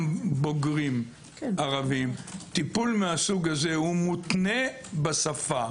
בוגרים ערבים טיפול מסוג זה מותנה בשפה,